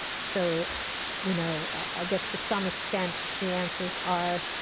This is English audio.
so you know, i guess to some extent, the answers are,